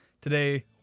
Today